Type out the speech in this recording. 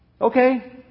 okay